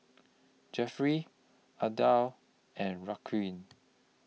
Jeffrey Adah and Raquel